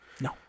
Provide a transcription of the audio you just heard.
No